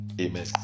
Amen